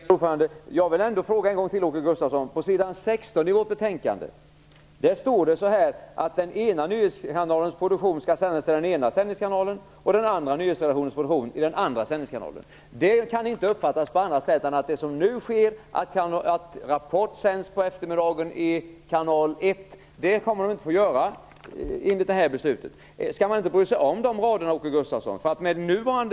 Värderade talman! Jag vill ändå upprepa min fråga till Åke Gustavsson. På s 16 i betänkandet står att den ena nyhetsredaktionens produktion skall sändas i den ena sändningskanalen och den andra nyhetsredaktionens produktion i den andra sändningskanalen. Det kan inte uppfattas på annat sätt än att det som nu sker, nämligen att Rapport sänds på eftermiddagen i kanal 1, inte kan fortsätta enligt det här beslutet. Skall man inte bry sig om de raderna i betänkandet, Åke Gustavsson?